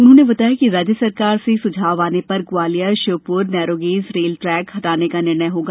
उन्होंने बताया कि राज्य सरकार से सुझाव आने पर Gwalior Sheopur narrow gauge rail track हटाने पर निर्णय होगा